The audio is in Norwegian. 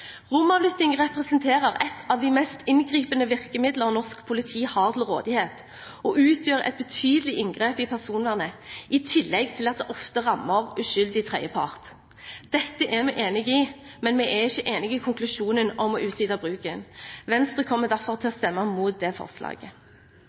representerer ett av de mest inngripende virkemidler norsk politi har til rådighet, og utgjør et betydelig inngrep i personvernet, i tillegg til at det ofte rammer uskyldig tredjepart.» Dette er vi enige i, men vi er ikke enige i konklusjonen om å utvide bruken. Venstre kommer derfor til